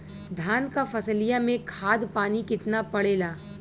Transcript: धान क फसलिया मे खाद पानी कितना पड़े ला?